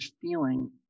feeling